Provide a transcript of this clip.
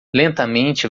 lentamente